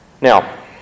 Now